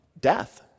death